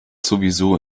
sowieso